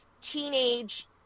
teenage